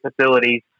facilities